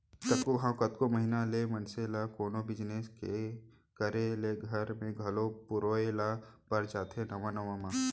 कतको घांव, कतको महिना ले मनसे ल कोनो बिजनेस के करे ले घर ले घलौ पुरोय ल पर जाथे नवा नवा म